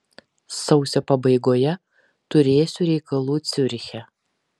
sausio pabaigoje turėsiu reikalų ciuriche